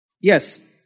Yes